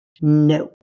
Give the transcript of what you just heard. No